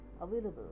available